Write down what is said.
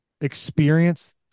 experience